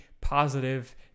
positive